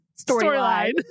storyline